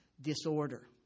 disorder